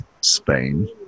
Spain